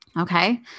Okay